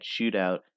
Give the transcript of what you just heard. shootout